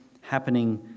happening